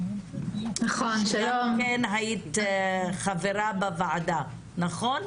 את היית חברה בוועדה, נכון?